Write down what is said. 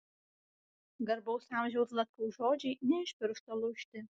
garbaus amžiaus zlatkaus žodžiai ne iš piršto laužti